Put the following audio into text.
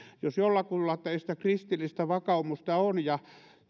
jos jollakulla teistä kristillistä vakaumusta on ja